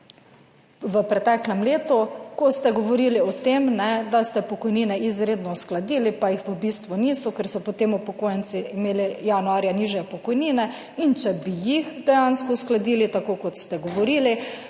v preteklem letu, ko ste govorili o tem, da ste pokojnine izredno uskladili, pa jih v bistvu niso, ker so potem upokojenci imeli januarja nižje pokojnine, in če bi jih dejansko uskladili tako kot ste govorili,